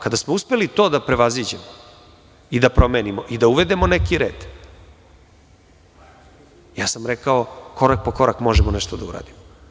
Kada smo uspeli to da prevaziđemo i da promenimo, da uvedemo neki red, ja sam rekao, korak po korak i možemo nešto da uradimo.